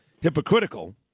hypocritical